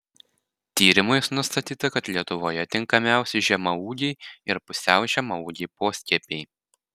tyrimais nustatyta kad lietuvoje tinkamiausi žemaūgiai ir pusiau žemaūgiai poskiepiai